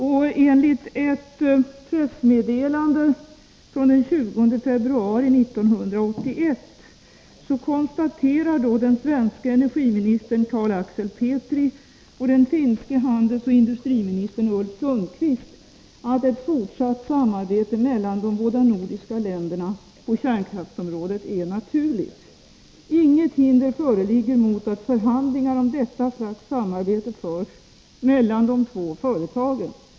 I ett pressmeddelande den 20 februari 1981 konstaterar den svenske energiministern Carl Axel Petri och den finske handelsoch industriministern Ulf Sundkvist att ett fortsatt samarbete mellan de båda nordiska länderna på kärnkraftsområdet är naturligt. Inget hinder föreligger mot att förhandlingar om detta slags samarbete förs mellan de två företagen.